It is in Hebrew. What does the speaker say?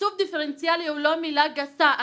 תקצוב דפרנציאלי הוא לא מילה גסה.